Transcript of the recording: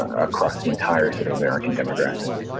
ah across the entire sort of american demographic